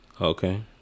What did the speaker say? Okay